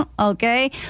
Okay